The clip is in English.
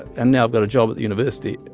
and now i've got a job at the university.